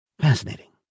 Fascinating